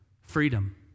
freedom